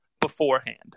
beforehand